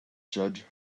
judge